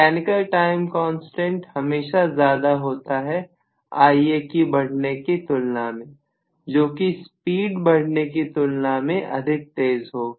mechanical time constant हमेशा ज्यादा होता है Ia के बढ़ने की तुलना में जोकि स्पीड बढ़ने की तुलना में अधिक तेज हो